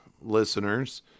listeners